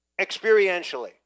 experientially